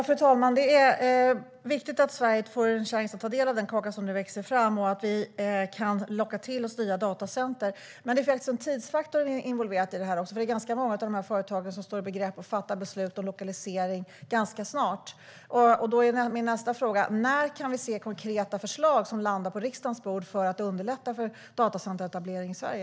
Fru talman! Det är viktigt att Sverige får en chans att ta del av den kaka som nu växer fram och att vi kan locka till oss nya datacenter. Men det finns en tidsfaktor involverad i det här också, för det är ganska många av de här företagen som står i begrepp att fatta beslut om lokalisering ganska snart. Då är min nästa fråga: När kan vi se konkreta förslag på riksdagens bord för att underlätta för datacenteretablering i Sverige?